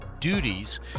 duties